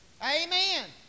Amen